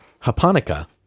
Haponica